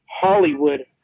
Hollywood